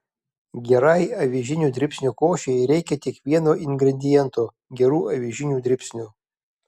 gerai avižinių dribsnių košei reikia tik vieno gero ingrediento gerų avižinių dribsnių